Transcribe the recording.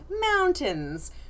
mountains